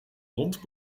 hond